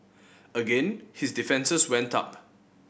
again his defences went up